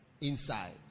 inside